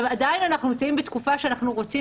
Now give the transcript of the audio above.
עדיין אנחנו נמצאים בתקופה שאנחנו רוצים